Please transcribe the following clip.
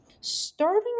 Starting